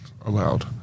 allowed